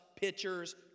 pitchers